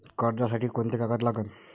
कर्जसाठी कोंते कागद लागन?